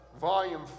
volume